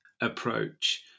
approach